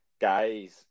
guys